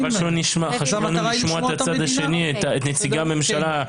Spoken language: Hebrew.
צריך לשמוע את הצד השני, את נציגי הממשלה.